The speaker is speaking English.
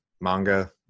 manga